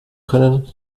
können